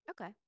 Okay